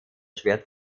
schwer